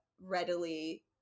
readily